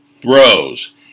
throws